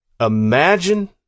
Imagine